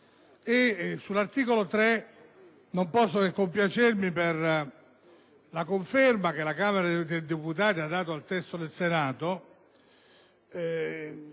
5. Sull'articolo 3 non posso che compiacermi per la conferma che la Camera dei deputati ha dato al testo del Senato